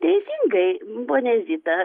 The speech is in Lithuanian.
teisingai ponia zita